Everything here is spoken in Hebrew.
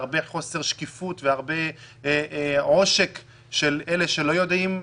הרבה חוסר שקיפות והרבה עושק של אלה שלא יודעים,